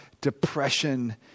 depression